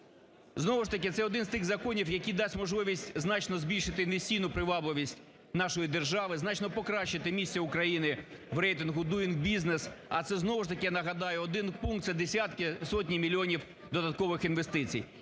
Знову ж таки, це один з тих законів, який дасть можливість значно збільшити інвестиційну привабливість нашої держави, значно покращити місце України в рейтингу "doing business". А це, знову ж таки, нагадаю, один пункт, це десятки, сотні мільйонів додаткових інвестицій.